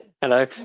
Hello